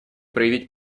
проявить